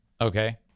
Okay